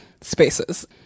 spaces